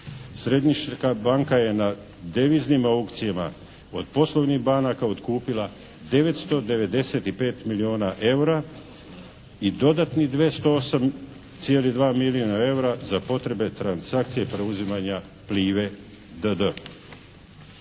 Središnja banka je na deviznim aukcijama od poslovnih banaka otkupila 995 milijuna eura i dodatno 208,2 milijuna eura za potrebe transakcije preuzimanja "Plive"